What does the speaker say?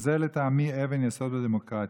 וזה לטעמי אבן יסוד בדמוקרטיה.